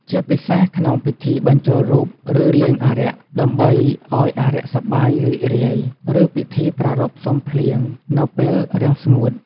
ជាពិសេសក្នុងពិធីបញ្ចូលរូបឬលៀងអារក្ស ដើម្បីឲ្យអារក្សសប្បាយរីករាយ ឬពិធីប្រារព្ធសុំភ្លៀងនៅពេលរាំងស្ងួត។